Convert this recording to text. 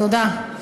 תודה.